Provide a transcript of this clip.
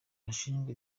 arashinjwa